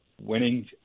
winning